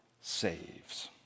saves